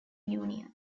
union